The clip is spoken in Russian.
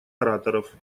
ораторов